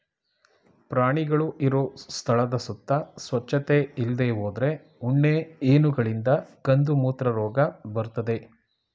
ಪ್ರಾಣಿಗಳು ಇರೋ ಸ್ಥಳದ ಸುತ್ತ ಸ್ವಚ್ಚತೆ ಇಲ್ದೇ ಹೋದ್ರೆ ಉಣ್ಣೆ ಹೇನುಗಳಿಂದ ಕಂದುಮೂತ್ರ ರೋಗ ಬರ್ತದೆ